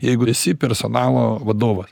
jeigu esi personalo vadovas